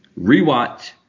Rewatch